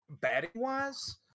Batting-wise